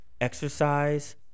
Exercise